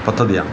പദ്ധതിയാണ്